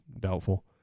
Doubtful